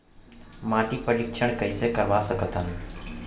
माटी परीक्षण कइसे करवा सकत हन?